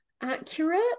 accurate